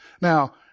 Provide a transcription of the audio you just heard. Now